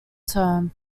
term